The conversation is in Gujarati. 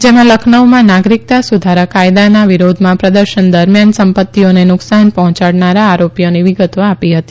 જેમાં લખનઉમાં નાગરિકતા સુધારા કાયદાના વિરોધમાં પ્રદર્શન દરમિયાન સંપત્તિઓને નુકસાન પર્હોચાડનારા આરોપીઓની વિગતો આપી હતી